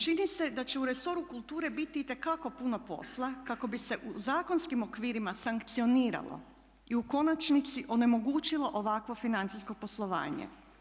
Čini se da će u resoru kulture biti itekako puno posla kao bi se u zakonskim okvirima sankcioniralo i u konačnici onemogućilo ovakvo financijsko poslovanje.